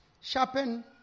Sharpen